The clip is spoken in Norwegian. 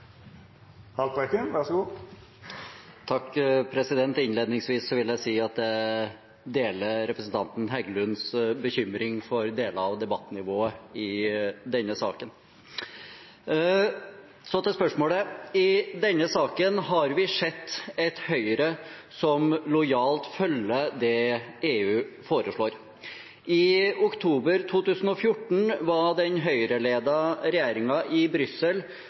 Innledningsvis vil jeg si at jeg deler representanten Heggelunds bekymring for deler av debattnivået i denne saken. Så til spørsmålet: I denne saken har vi sett et Høyre som lojalt følger det EU foreslår. I oktober 2014 var den Høyre-ledede regjeringen i Brussel